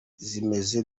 zimeze